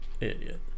Idiot